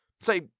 Say